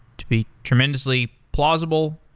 to be tremendously plausible.